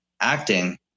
acting